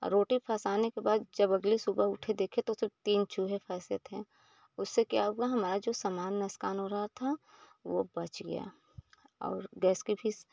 और रोटी फंसाने के बाद जब अगली सुबह उठे देखें तो उसमें तीन चूहे फंसे थे उससे क्या हो गया हमारा जो सामान नुकसान हो रहा था वो बच गया और गैस के फिर